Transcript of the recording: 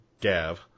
Gav